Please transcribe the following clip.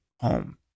home